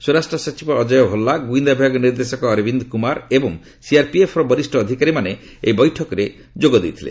ସ୍ୱରାଷ୍ଟ୍ର ସଚିବ ଅଜୟ ଭଲ୍ଲା ଗୁଇନ୍ଦା ବିଭାଗ ନିର୍ଦ୍ଦେଶକ ଅରବିନ୍ଦ କୁମାର ଏବଂ ସିଆରପିଏଫର ବରିଷ୍ଣ ଅଧିକାରୀମାନେ ଏହି ବୈଠକରେ ଯୋଗଦେଇଥିଲେ